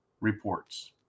reports